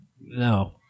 no